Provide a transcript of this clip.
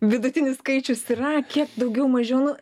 vidutinis skaičius yra kiek daugiau mažiau nu